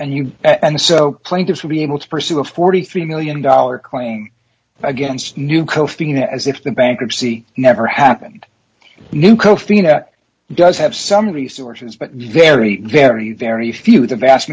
and you and so plaintiffs will be able to pursue a forty three million dollars claim against new kofi anan as if the bankruptcy never happened newco phina does have some resources but very very very few the vast